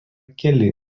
keli